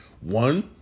One